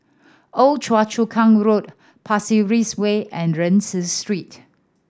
Old Chu Kang Road Pasir Ris Way and Rienzi Street